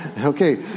Okay